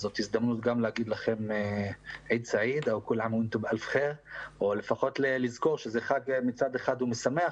אז זאת הזדמנות להגיד לכם חג שמח או לפחות לזכור שזה חג שמצד אחד משמח,